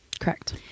Correct